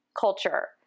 culture